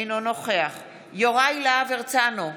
אינו נוכח יוראי להב הרצנו,